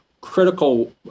critical